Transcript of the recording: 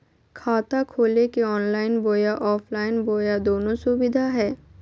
खाता खोले के ऑनलाइन बोया ऑफलाइन बोया दोनो सुविधा है?